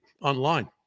online